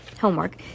homework